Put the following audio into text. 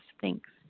Thanks